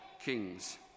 kings